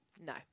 No